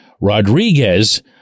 Rodriguez